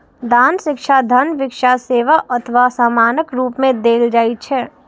दान शिक्षा, धन, भिक्षा, सेवा अथवा सामानक रूप मे देल जाइ छै